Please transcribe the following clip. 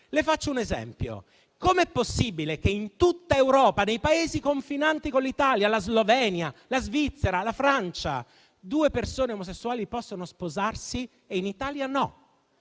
Le faccio un esempio: come è possibile che in tutta Europa e nei Paesi confinanti con l'Italia (la Slovenia, la Svizzera, la Francia) due persone omosessuali possono sposarsi e in Italia no?